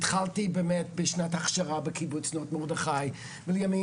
התחלתי באמת בשנת הכשרה בקיבוץ נאות מרדכי ולימים